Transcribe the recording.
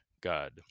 God